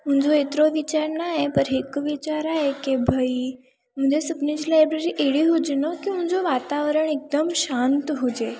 मुंहिंजो हेतिरो वीचारु न आहे पर हिकु वीचारु आहे के भई मुंहिंजे सुपिने जी लाइब्रेरी अहिड़ी हुजे न की मुंहिंजो वातावरण हिकदमु शांति हुजे